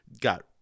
got